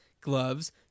gloves